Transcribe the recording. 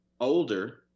older